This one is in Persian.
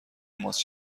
ماست